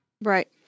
Right